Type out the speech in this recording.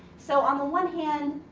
so, on the one hand,